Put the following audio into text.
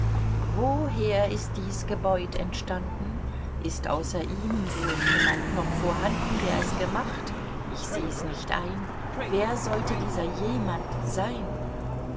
woher ist dies gebäud entstanden ist außer ihm wohl jemand noch vorhanden der es gemacht ich sehs nicht ein wer sollte dieser jemand sein